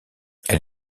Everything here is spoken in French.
elle